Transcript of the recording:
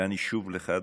ושוב, לך,